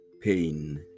pain